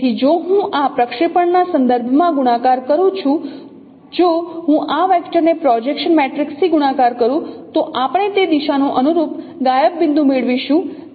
તેથી જો હું આ પ્રક્ષેપણના સંદર્ભમાં ગુણાકાર કરું છું જો હું આ વેક્ટરને પ્રોજેક્શન મેટ્રિક્સ થી ગુણાકાર કરું તો આપણે તે દિશાનો અનુરૂપ ગાયબ બિંદુ મેળવીશું